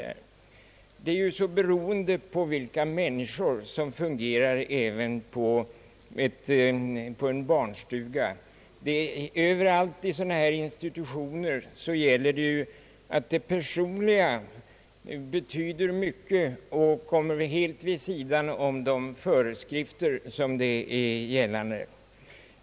Även på en barnstuga beror så mycket av vilka människor som fungerar där. Överallt i sådana här institutioner gäller att det personliga betyder mycket och det helt vid sidan av gällande föreskrifter.